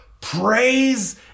praise